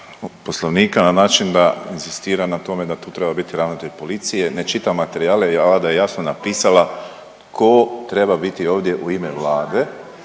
Poslovnika na način da inzistira na tome da tu treba biti ravnatelj policije, ne čita materijale jer Vlada je jasno napisala tko treba biti ovdje u ime Vlade